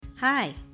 Hi